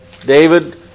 David